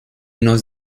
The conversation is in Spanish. nos